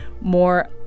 more